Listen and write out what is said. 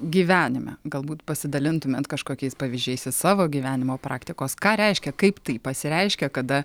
gyvenime galbūt pasidalintumėt kažkokiais pavyzdžiais iš savo gyvenimo praktikos ką reiškia kaip tai pasireiškia kada